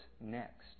next